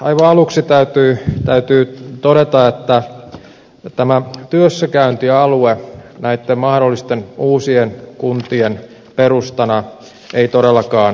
aivan aluksi täytyy todeta että tämä työssäkäyntialue näiden mahdollisten uusien kuntien perustana ei todellakaan sovellu koko maahan